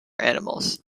animals